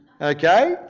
Okay